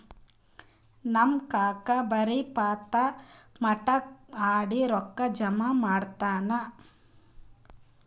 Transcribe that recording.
ನಮ್ ಕಾಕಾ ಬರೇ ಪತ್ತಾ, ಮಟ್ಕಾ ಆಡಿ ರೊಕ್ಕಾ ಜಮಾ ಮಾಡ್ತಾನ